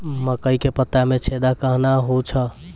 मकई के पत्ता मे छेदा कहना हु छ?